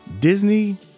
Disney